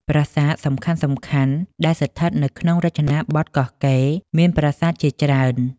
ប្រាសាទសំខាន់ៗដែលស្ថិតនៅក្នុងរចនាបថកោះកេរមេានប្រាសាទជាច្រើន។